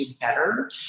better